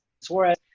Suarez